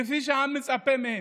כפי שהעם מצפה מהם.